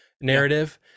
narrative